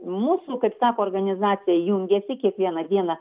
mūsų kaip sako organizacija jungiasi kiekvieną dieną